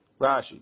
Rashi